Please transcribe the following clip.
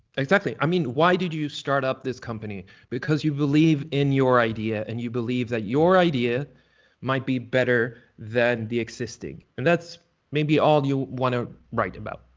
exactly. i mean, why did you startup this company? because you believe in your idea and you believe that your idea might be better than the existing. and that's maybe all you wanna write about.